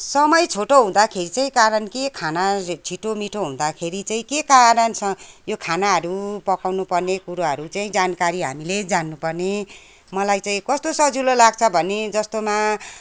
समय छोटो हुँदाखेरि चाहिँ कारण के खाना छिटोमिठो हुँदाखेरि चाहिँ के कारण छ यो खानाहरू पकाउनुपर्ने कुराहरू चाहिँ जानकारी हामीले जान्नुपर्ने मलाई चाहिँ कस्तो सजिलो लाग्छ भने जस्तोमा